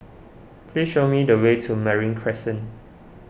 please show me the way to Marine Crescent